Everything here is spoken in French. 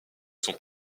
sont